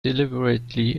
deliberately